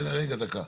רגע, דקה.